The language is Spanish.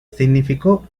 significó